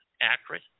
accurate